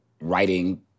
writing